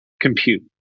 compute